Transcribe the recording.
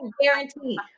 guarantee